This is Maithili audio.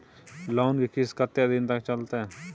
लोन के किस्त कत्ते दिन तक चलते?